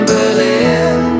Berlin